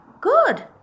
good